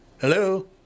Hello